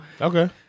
Okay